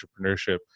entrepreneurship